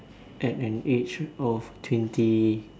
at an age of twenty